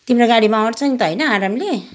तिम्रो गाडीमा अँट्छ नि त होइन आरामले